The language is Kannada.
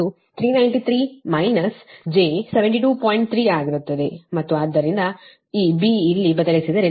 3 ಆಗಿರುತ್ತದೆ ಮತ್ತು ಆದ್ದರಿಂದ ಈ B ಇಲ್ಲಿ ಬದಲಿಸಿದರೆ ನಿಮಗೆ 70